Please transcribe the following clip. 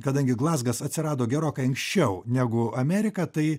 kadangi glazgas atsirado gerokai anksčiau negu amerika tai